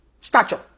stature